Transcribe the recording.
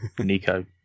Nico